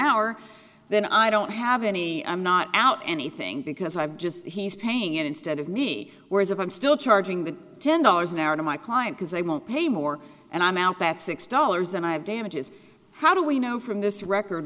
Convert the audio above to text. hour then i don't have any i'm not out anything because i'm just he's paying it instead of me whereas if i'm still charging the ten dollars an hour to my client because they will pay more and i'm out that six dollars and i have damages how do we know from this record